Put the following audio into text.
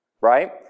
right